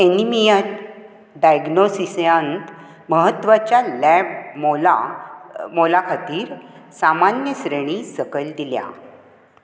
anaemia डायग्नोसिस्यांत म्हत्वाच्या lab मोला मोला खातीर सामान्य श्रेणी सकयल दिल्या